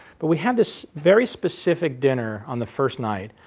but we have this very specific dinner on the first night,